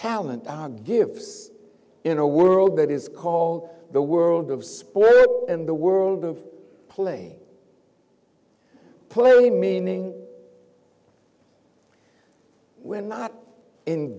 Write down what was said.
talent our gifts in a world that is called the world of sport in the world of play play only meaning we're not